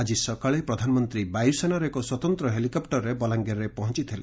ଆକି ସକାଳେ ପ୍ରଧାନମନ୍ତୀ ବାୟୁସେନାର ଏକ ସ୍ୱତନ୍ତ ହେଲିକପୁରରେ ବଲାଙ୍ଗୀରରେ ପହଞ୍ ଥିଲେ